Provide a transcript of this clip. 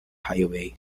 highway